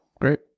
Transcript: great